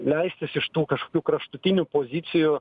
leistis iš tų kažkokių kraštutinių pozicijų